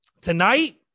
Tonight